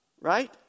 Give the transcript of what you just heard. right